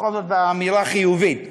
בכל זאת באמירה חיובית,